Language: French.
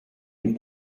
une